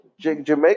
jamaica